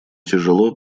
тяжело